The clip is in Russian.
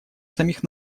самих